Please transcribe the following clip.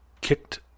kicked